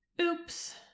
Oops